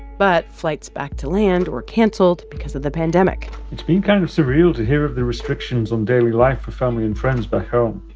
but flights back to land were canceled because of the pandemic it's been kind of surreal to hear of the restrictions on daily life for family and friends back home.